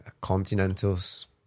Continental's